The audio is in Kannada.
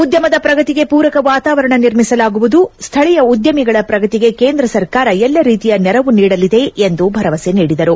ಉದ್ಯಮದ ಪ್ರಗತಿಗೆ ಪೂರಕ ವಾತಾವರಣ ನಿರ್ಮಿಸಲಾಗುವುದು ಸ್ಥಳೀಯ ಉದ್ಯಮಿಗಳ ಪ್ರಗತಿಗೆ ಕೇಂದ್ರ ಸರ್ಕಾರ ಎಲ್ಲ ರೀತಿಯ ನೆರವು ನೀಡಲಿದೆ ಎಂದು ಭರವಸೆ ನೀಡಿದರು